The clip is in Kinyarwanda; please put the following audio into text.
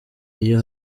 iyo